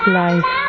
life